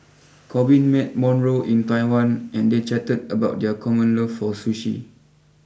Korbin met Monroe in Taiwan and they chatted about their common love for Sushi